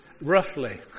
Roughly